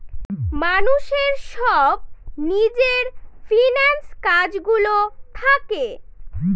মানুষের সব নিজের ফিন্যান্স কাজ গুলো থাকে